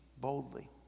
boldly